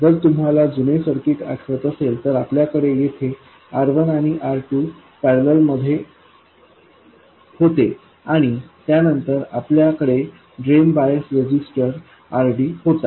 जर तुम्हाला जुने सर्किट आठवत असेल तर आपल्याकडे येथे R1 आणि R2 पॅरलल मध्ये होते आणि त्यानंतर आपल्या कडे ड्रेन बायस रजिस्टर RD होता